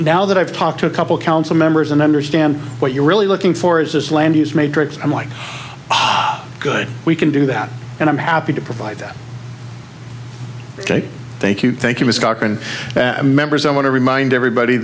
now that i've talked to a couple council members and understand what you're really looking for is this land use matrix i'm like ah good we can do that and i'm happy to provide that ok thank you thank you ms cochran members i want to remind everybody